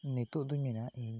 ᱱᱤᱛᱚᱜ ᱫᱩᱧ ᱢᱮᱱᱟ ᱤᱧ